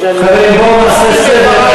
הרצון, בואו נעשה סדר.